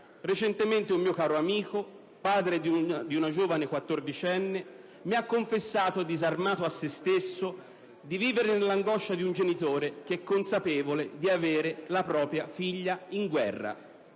Recentemente, un mio caro amico, padre di una giovane quattordicenne, mi ha confessato disarmato di vivere nell'angoscia di un genitore che è consapevole di avere la propria figlia in guerra.